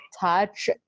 touch